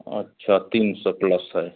अच्छा तीन सौ प्लस है